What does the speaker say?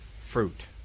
fruit